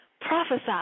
Prophesy